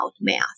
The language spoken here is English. math